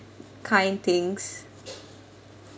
kind things and then